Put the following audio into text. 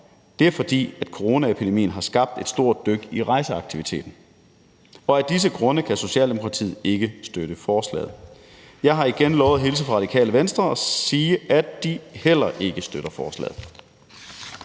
det er, fordi coronapandemien har skabt et stort dyk i rejseaktiviteten. Af disse grunde kan Socialdemokratiet ikke støtte forslaget. Jeg har igen lovet at hilse fra Radikale Venstre og sige, at de heller ikke støtter forslaget.